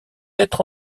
être